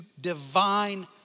divine